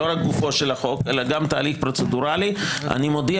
לא רק גופו של החוק אלא גם תהליך פרוצדורלי אני מודיע